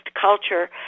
culture